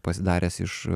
pasidaręs iš